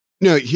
No